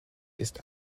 ist